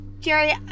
Jerry